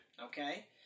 Okay